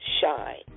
shine